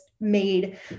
made